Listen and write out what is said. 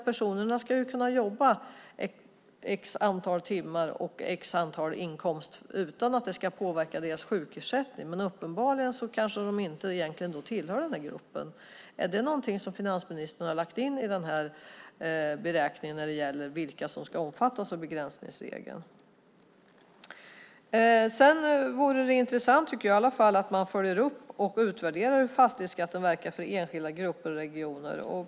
Personerna ska ju kunna jobba ett antal timmar och få en viss inkomst utan att det ska påverka deras sjukersättning, men då kanske de inte tillhör den gruppen. Är det något finansministern har lagt in i beräkningen när det gäller vilka som ska omfattas av begränsningsregeln? Det vore intressant om man följde upp och utvärderade hur fastighetsskatten verkar för enskilda grupper och regioner.